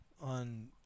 on